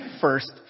first